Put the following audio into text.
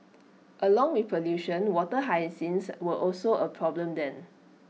along with pollution water hyacinths were also A problem then